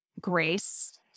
grace